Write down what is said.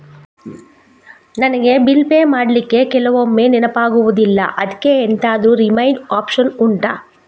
ನನಗೆ bill pay ಮಾಡ್ಲಿಕ್ಕೆ ಕೆಲವೊಮ್ಮೆ ನೆನಪಾಗುದಿಲ್ಲ ಅದ್ಕೆ ಎಂತಾದ್ರೂ ರಿಮೈಂಡ್ ಒಪ್ಶನ್ ಉಂಟಾ